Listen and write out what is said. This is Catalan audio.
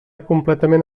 completament